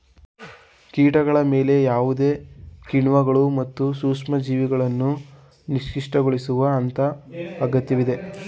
ಕೀಟಗಳ ಮೇಲೆ ಯಾವುದೇ ಕಿಣ್ವಗಳು ಮತ್ತು ಸೂಕ್ಷ್ಮಜೀವಿಗಳನ್ನು ನಿಷ್ಕ್ರಿಯಗೊಳಿಸುವ ಹಂತ ಅಗತ್ಯವಿದೆ